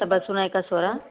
आता बसून आहे का स्वरा